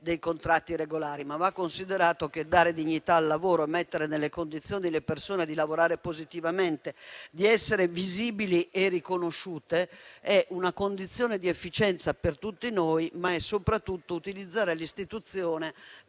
dei contratti regolari. Va considerato che dare dignità al lavoro, mettere le persone nelle condizioni di lavorare positivamente, di essere visibili e riconosciute è una condizione di efficienza per tutti noi, ma è soprattutto utile all'istituzione